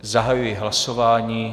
Zahajuji hlasování.